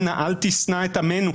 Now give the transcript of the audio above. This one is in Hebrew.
אנא אל תשנא את עמנו,